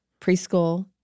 preschool